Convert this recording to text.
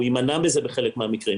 הוא ימנע מזה בחלק מהמקרים.